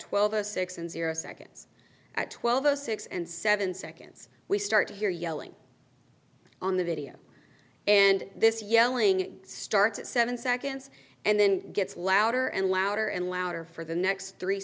twelve a six and zero seconds at twelve o six and seven seconds we start to hear yelling on the video and this yelling it starts at seven seconds and then gets louder and louder and louder for the next three